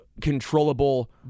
controllable